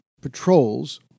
patrols